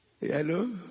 Hello